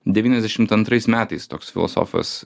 devyniasdešimt antrais metais toks filosofas